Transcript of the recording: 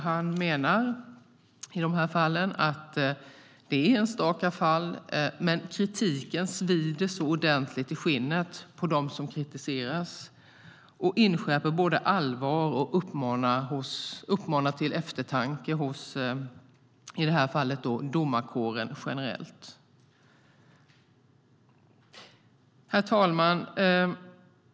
Man menar att det är enstaka fall men att kritiken svider ordentligt i skinnet på dem som kritiseras och inskärper allvar och uppmanar till eftertanke hos, i det här fallet, domarkåren generellt. Herr talman!